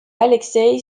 alexeï